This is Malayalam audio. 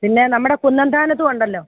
പിന്നെ നമ്മുടെ കുന്നംതാനത്തും ഉണ്ടല്ലോ